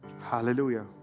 hallelujah